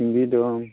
सिंगि दं